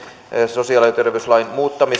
sosiaali ja